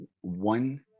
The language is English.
one